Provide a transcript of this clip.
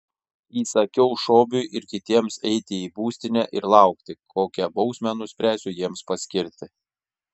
įsakiau šobiui ir kitiems eiti į būstinę ir laukti kokią bausmę nuspręsiu jiems paskirti